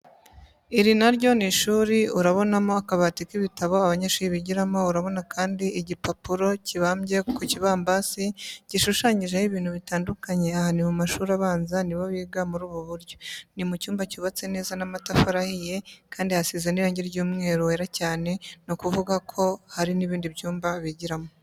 Iri naryo nishuri urabonamo akabati kibitabo abanyeshuri bigiramo urabona kandi igipaporo kibambye kukibambasi gishushanyijeho ibintu bitandukanye aha nimumashuri abanza nibo biga murububuryo. nimucyumba cyubatse neza namatafari ahiye kandi hasize nirangi ryumweru wera cyane nukuvugako hari nibindi byumba bigiramo.